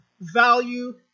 value